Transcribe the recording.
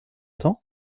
temps